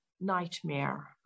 nightmare